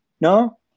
No